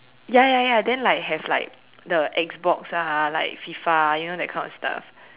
ya ya ya then like have like the X box ah like FIFA you know that kind of stuff